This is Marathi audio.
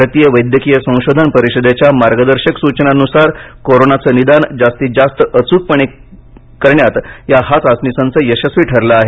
भारतीय वैद्यकीय संशोधन परिषदेच्या मार्गदर्शक सूचनांनुसार कोरोनाचं निदान जास्तीत जास्त अचूकपणे करण्यात हा चाचणीसंच यशस्वी ठरला आहे